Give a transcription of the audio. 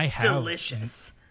delicious